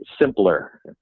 simpler